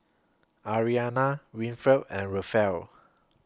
Arianna Winfred and Rafael